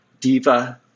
Diva